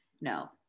no